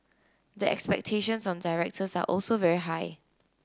the expectations on directors are also very high